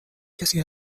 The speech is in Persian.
کسی